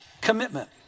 commitment